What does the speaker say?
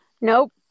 Nope